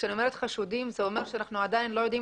כשאני אומרת חשודים זה אומר שאנחנו עדיין לא ידועים